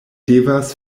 devas